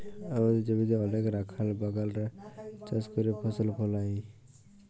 আমাদের জমিতে অলেক রাখাল বাগালরা চাষ ক্যইরে ফসল ফলায়